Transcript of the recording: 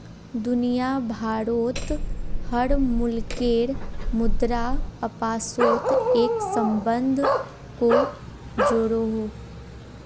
दुनिया भारोत हर मुल्केर मुद्रा अपासोत एक सम्बन्ध को जोड़ोह